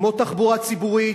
כמו תחבורה ציבורית,